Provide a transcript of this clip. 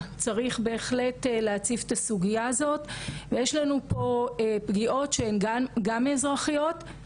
והפגיעה וההשלכות שלה הן קשות ובהחלט כל הרחבה